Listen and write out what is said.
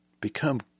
Become